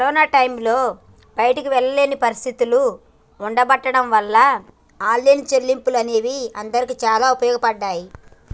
corona టైంలో బయటికి వెళ్ళలేని పరిస్థితులు ఉండబడ్డం వాళ్ళ ఆన్లైన్ చెల్లింపులు అనేవి అందరికీ చాలా ఉపయోగపడ్డాయి